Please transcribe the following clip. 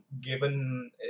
given